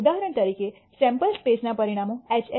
ઉદાહરણ તરીકે સૈમ્પલ સ્પેસના પરિણામો HHHT